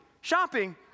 Shopping